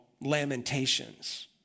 Lamentations